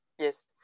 Yes